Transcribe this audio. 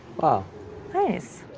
wow nice.